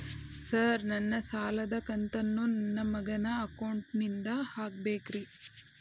Sir ನನ್ನ ಸಾಲದ ಕಂತನ್ನು ನನ್ನ ಮಗನ ಅಕೌಂಟ್ ನಿಂದ ಹಾಕಬೇಕ್ರಿ?